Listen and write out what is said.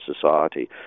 society